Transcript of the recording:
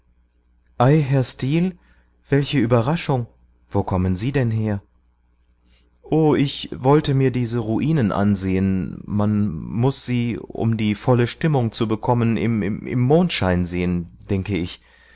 herr steel welche überraschung wo kommen sie denn her o ich wollte mir diese ruinen ansehen man muß sie um die volle stimmung zu bekommen im mondschein sehen denke ich